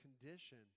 condition